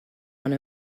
one